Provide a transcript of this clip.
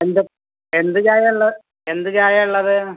എന്ത് എന്ത് ചായയാ ഉള്ളത് എന്ത് ചായയാ ഉള്ളത്